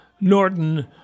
Norton